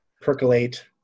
percolate